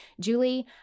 Julie